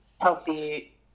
Healthy